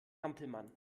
hampelmann